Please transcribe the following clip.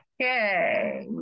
Okay